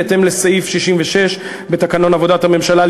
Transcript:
בהתאם לסעיף 66 בתקנון עבודת הממשלה,